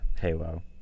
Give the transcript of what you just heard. halo